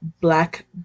black